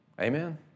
Amen